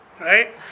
right